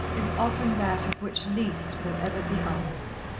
is often that of which least will ever be asked.